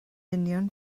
union